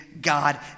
God